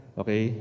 okay